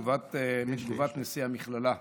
מתגובת נשיא המכללה פרופ'